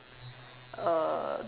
uh